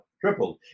tripled